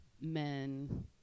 men